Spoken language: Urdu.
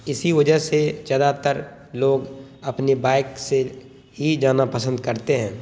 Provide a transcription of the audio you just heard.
اسی وجہ سے زیادہ تر لوگ اپنی بائک سے ہی جانا پسند کرتے ہیں